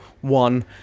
one